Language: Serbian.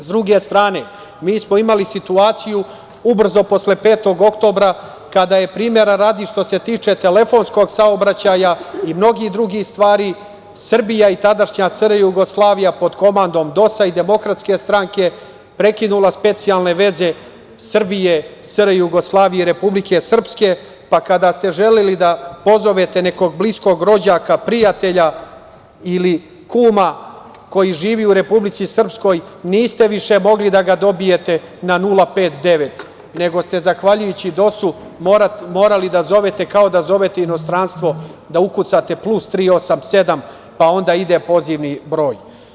S druge strane, mi smo imali situaciju ubrzo posle 5. oktobra kada je primera radi, što se tiče telefonskog saobraćaja i mnogih drugih stvari, Srbija i tadašnja SRJ pod komandom DOS-a i DS prekinula specijalne veze Srbije, SRJ i Republike Srpske, pa kada ste želeli da pozovete nekog bliskog rođaka, prijatelja ili kuma koji živi u Republici Srpskoj niste više mogli da ga dobijete na 059, nego ste zahvaljujući DOS-u morali da zovete kao da zovete inostranstvo, da ukucate +387, pa onda pozivni broj.